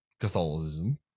Catholicism